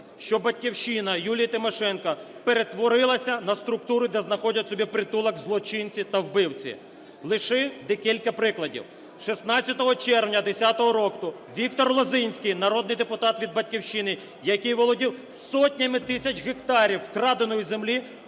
що "Батьківщина" Юлії Тимошенко перетворилася на структуру, де знаходять собі притулок злочинці та вбивці. Лише декілька прикладів. 16 червня 2010 року ВікторЛозінський, народний депутат від "Батьківщини", який володів сотнями тисяч гектарів вкраденої землі,